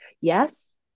Yes